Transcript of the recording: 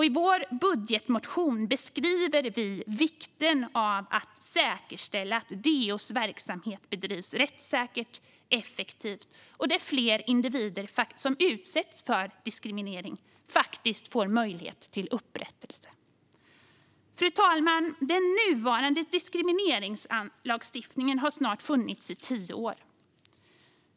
I vår budgetmotion betonar vi vikten av att säkerställa att DO:s verksamhet bedrivs rättssäkert och effektivt och att fler individer som utsätts för diskriminering får möjlighet till upprättelse. Fru talman! Den nuvarande diskrimineringslagen har snart funnits i tio år.